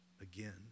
again